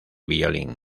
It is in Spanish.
violín